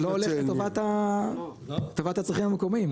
לא עובד לטובת הצרכים המקומיים,